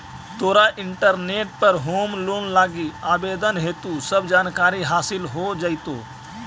तोरा इंटरनेट पर home loan लागी आवेदन हेतु सब जानकारी हासिल हो जाएतो